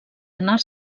anar